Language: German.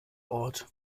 ort